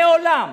מעולם,